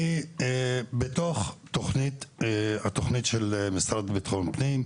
אני בקי בתכנית של המשרד לביטחון פנים,